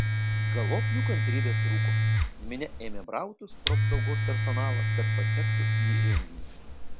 galop jų kantrybė trūko minia ėmė brautis pro apsaugos personalą kad patektų į renginį